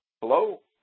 Hello